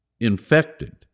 infected